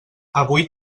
avui